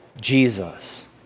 Jesus